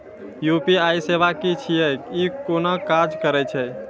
UPI सेवा की छियै? ई कूना काज करै छै?